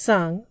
Sung